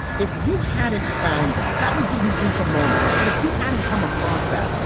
if you hadn't found that that was the eureka moment, but if you hadn't come across that,